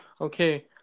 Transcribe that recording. Okay